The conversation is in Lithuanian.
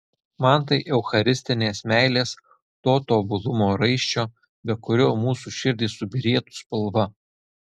man tai eucharistinės meilės to tobulumo raiščio be kurio mūsų širdys subyrėtų spalva